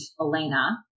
Elena